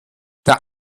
der